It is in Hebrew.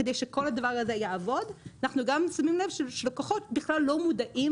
כדי שכל הדבר הזה יעבוד אנחנו גם שמים לב שלקוחות בכלל לא מודעים